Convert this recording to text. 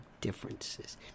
differences